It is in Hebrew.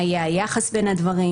מה יהיה היחס בין הדברים.